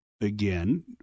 again